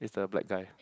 is the black guy